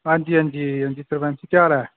अंजी अंजी सरपैंच जी केह् हाल ऐ